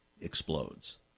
explodes